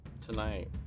tonight